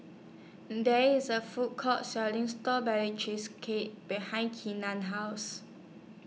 There IS A Food Court Selling Strawberry Cheesecake behind Kenan's House